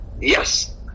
Yes